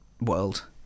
world